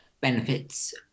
benefits